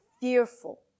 fearful